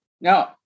Now